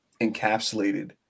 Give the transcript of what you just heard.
encapsulated